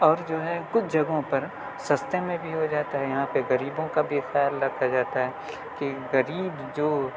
اور جو ہے کچھ جگہوں پر سستے میں بھی ہو جاتا ہے یہاں پہ غریبوں کا بھی خیال رکھا جاتا ہے کہ غریب جو